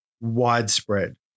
widespread